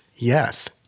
Yes